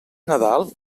nadal